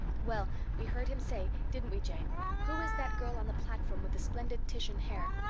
well, we heard him say didn't we, jane who is that girl on the platform with the splendid titian hair?